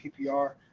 PPR